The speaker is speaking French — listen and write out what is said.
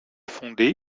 fondé